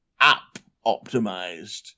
app-optimized